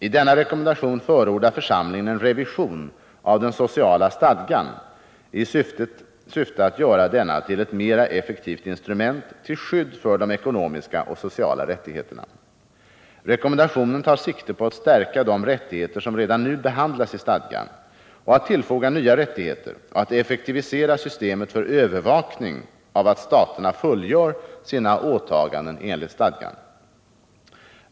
I denna rekommendation förordar församlingen en revision av den sociala stadgan i syfte att göra denna till ett mera effektivt instrument till skydd för de ekonomiska och sociala rättigheterna. Rekommendationen tar sikte på att stärka de rättigheter som redan nu behandlas i stadgan, att tillfoga nya rättigheter och att effektivisera systemet för övervakning av att staterna fullgör sina åtaganden enligt stadgan.